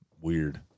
weird